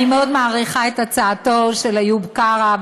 אני מאוד מעריכה את הצעתו של איוב קרא,